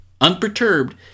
unperturbed